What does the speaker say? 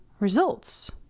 results